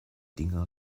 dinger